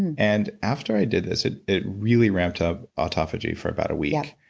and and after i did this it it really ramped up autophagy for about a week,